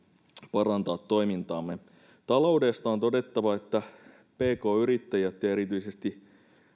parantaa toimintaamme taloudesta on todettava että pk yrittäjät ja erityisesti